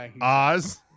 Oz